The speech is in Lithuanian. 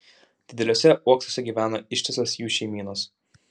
dideliuose uoksuose gyveno ištisos jų šeimynos